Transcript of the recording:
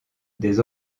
des